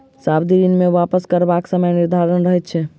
सावधि ऋण मे वापस करबाक समय निर्धारित रहैत छै